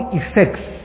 effects